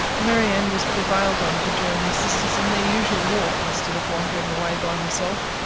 marianne was prevailed on to join her sisters in their usual walk, instead of wandering away by herself.